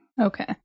Okay